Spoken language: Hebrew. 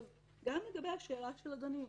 גם לגבי השאלה של אדוני,